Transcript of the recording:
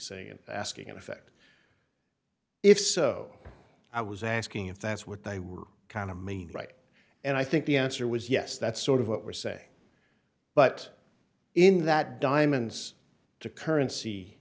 saying and asking in effect if so i was asking if that's what they were kind of mean right and i think the answer was yes that's sort of what we're saying but in that diamonds to currency